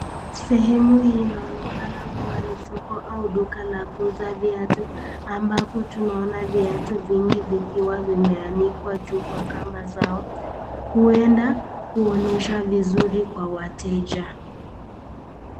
Sehemu hii inaonekana kuwa ni soko au duka la kuuzia viatu, ambapo tunaona viatu vingi vikiwa vimeanikwa juu kwa kamba zao, huenda ni kuonyesha vizuri kwa wateja.